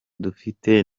dufite